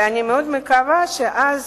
ואני מאוד מקווה שאז